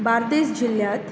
बार्देस जिल्यांत